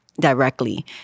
directly